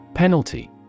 Penalty